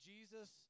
Jesus